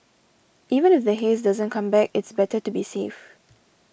even if the haze doesn't come back it's better to be safe